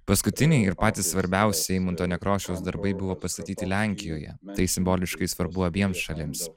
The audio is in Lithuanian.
paskutiniai ir patys svarbiausi eimunto nekrošiaus darbai buvo pastatyti lenkijoje tai simboliškai svarbu abiems šalims